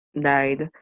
died